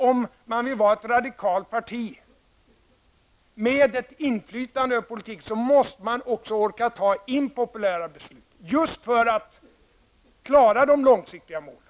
Om man vill vara ett radikalt parti, med ett inflytande över politiken, måste man också orka fatta impopulära beslut, just för att klara de långsiktiga målen.